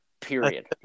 period